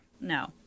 No